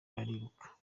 bariruka